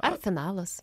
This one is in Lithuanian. ar finalas